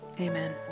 Amen